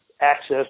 Access